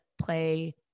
play